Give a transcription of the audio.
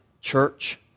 church